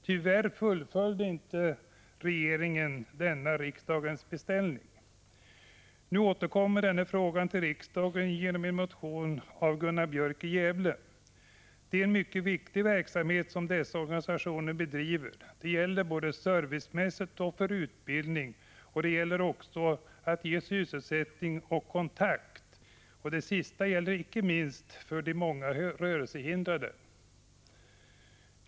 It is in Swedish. Tyvärr fullföljde inte regeringen denna riksdagens beställning. Nu återkommer denna fråga till riksdagen genom en motion av Gunnar Björk i Gävle. Det är en mycket viktig verksamhet som dessa organisationer bedriver, både servicemässigt och för utbildning. Det gäller också att ge sysselsättning och kontakt, inte minst för de många rörelsehindrade.